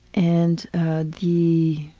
and the